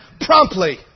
promptly